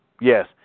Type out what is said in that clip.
yes